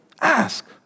ask